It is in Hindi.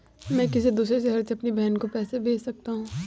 मैं किसी दूसरे शहर से अपनी बहन को पैसे कैसे भेज सकता हूँ?